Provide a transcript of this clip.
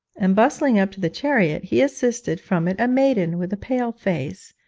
and bustling up to the chariot, he assisted from it a maiden with a pale face,